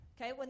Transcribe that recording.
Okay